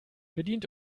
bedient